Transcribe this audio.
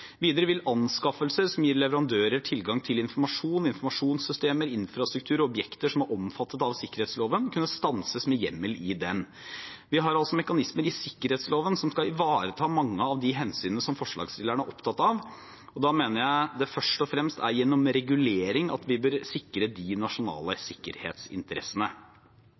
Videre vil anskaffelser som gir leverandører tilgang til informasjon, informasjonssystemer, infrastruktur og objekter som er omfattet av sikkerhetsloven, kunne stanses med hjemmel i den. Vi har altså mekanismer i sikkerhetsloven som skal ivareta mange av de hensynene som forslagsstillerne er opptatt av. Da mener jeg det først og fremst er gjennom regulering at vi bør sikre de nasjonale sikkerhetsinteressene.